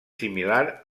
similar